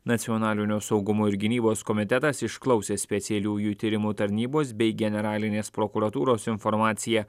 nacionalinio saugumo ir gynybos komitetas išklausęs specialiųjų tyrimų tarnybos bei generalinės prokuratūros informaciją